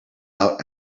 out